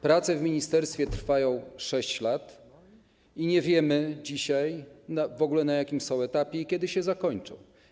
Prace w ministerstwie trwają 6 lat i nie wiemy dzisiaj w ogóle, na jakim są etapie ani kiedy się zakończą.